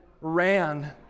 ran